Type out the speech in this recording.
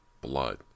blood